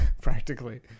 practically